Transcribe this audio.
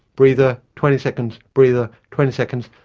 breather, twenty seconds, breather, twenty seconds,